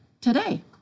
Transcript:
today